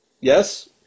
yes